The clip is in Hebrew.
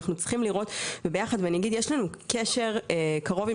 אנחנו צריכים לראות ביחד ואני אגיד שיש לנו קשר קרוב עם